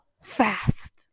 fast